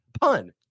pun